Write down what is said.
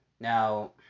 Now